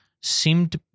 seemed